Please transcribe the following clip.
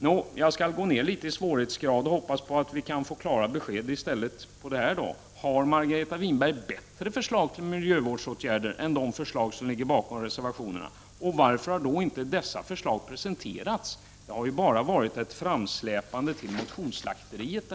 Nå, jag skall gå ned litet i svårighetsgrad och hoppas att vi kan få fram klara besked: Har Margareta Winberg bättre förslag till miljövårdsåtgärder än de förslag som ligger bakom reservationerna? Och varför har då dessa inte presenterats? Det har bara varit ett framsläpande till motionsslakteriet.